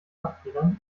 abfedern